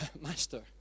Master